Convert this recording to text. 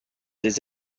des